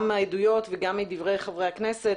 גם מהעדויות וגם מדברי חברי הכנסת,